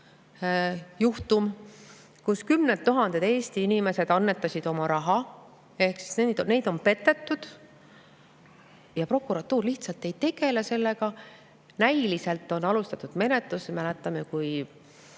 juhtum. Kümned tuhanded Eesti inimesed annetasid oma raha ehk neid on petetud, ja prokuratuur lihtsalt ei tegele sellega. Näiliselt on alustatud menetlust. Me mäletame, kui